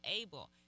able